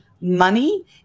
money